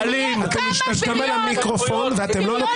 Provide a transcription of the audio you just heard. אני קורא אותך לסדר פעם שלישית ---- שבוע אמרנו